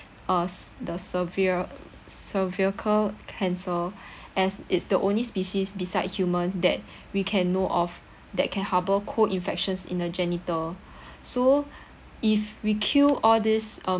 us the severe cervical cancer as it's the only species beside humans that we can know of that can harbor co-infections in a genital so if we kill all these um